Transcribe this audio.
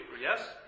Yes